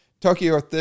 Tokyo